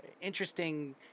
interesting